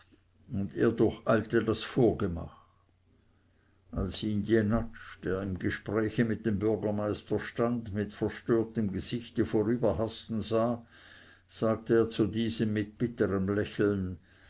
und er durcheilte das vorgemach als ihn jenatsch der im gespräche mit dem bürgermeister stand mit verstörtem gesichte vorüberhasten sah sagte er zu diesem mit bitterm lächeln